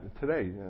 today